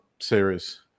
series